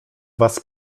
was